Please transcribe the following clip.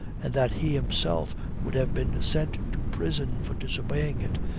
and that he himself would have been sent to prison for disobeying it,